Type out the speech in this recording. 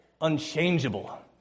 unchangeable